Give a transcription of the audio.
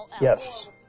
Yes